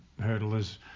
hurdlers